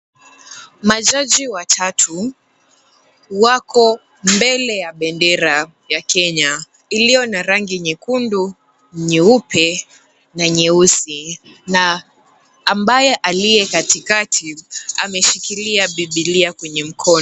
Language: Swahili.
Majaji watatu wako mbele ya bendera ya Kenya iliyo na rangi nyekundu, nyeupe na nyeusi na ambaye aliye katikati ameshikilia Biblia kwenye mkono.